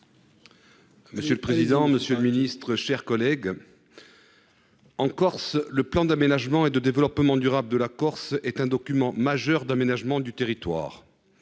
Monsieur le président, Monsieur le Ministre, chers collègues. En Corse, le plan d'aménagement et de développement durable, de la Corse est un document majeur d'aménagement du territoire.